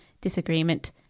disagreement